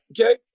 Okay